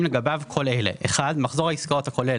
לגביו כל אלה: מחזור העסקאות הכולל